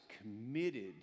committed